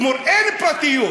פה אין פרטיות.